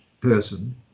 person